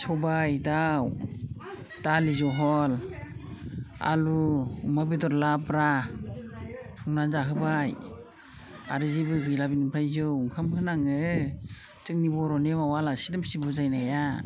सबाय दाउ दालि जहल आलु अमा बेदर लाब्रा संना जाहोबाय आरो जेबो गैला बिनिफ्राय जौ ओंखाम होनाङो जोंनि बर' नेमाव आलासि दुमसि बुजायनाया